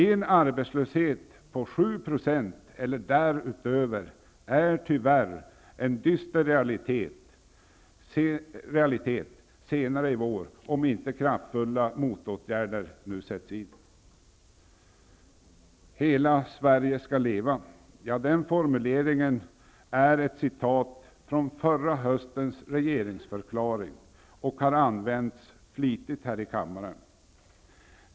En arbetslöshet på 7 % eller därutöver är tyvärr en dyster realitet senare i vår om inte kraftfulla motåtgärder nu sätts in. Hela Sverige skall leva! Den formuleringen är ett citat från förra höstens regeringsförklaring, och den har använts flitigt här i kammaren.